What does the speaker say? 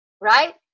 right